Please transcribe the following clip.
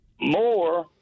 more